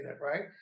right